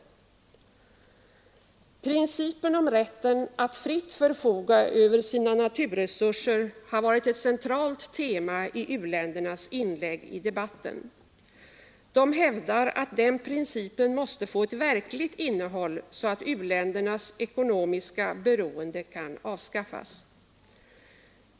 Principen om rätten att fritt förfoga över sina naturresurser har varit ett centralt tema i u-ländernas inlägg i debatten. De hävdar att denna princip måste få ett verkligt innehåll så att u-ländernas ekonomiska beroende kan avskaffas.